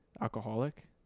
alcoholic